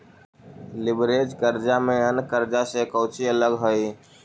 Leverage कर्जा में अन्य कर्जा से कउची अलग हई?